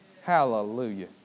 Hallelujah